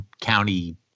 County